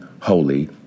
holy